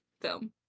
film